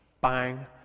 bang